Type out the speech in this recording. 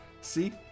See